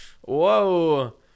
whoa